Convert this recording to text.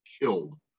killed